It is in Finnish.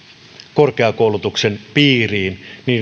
korkeakoulutuksen piiriin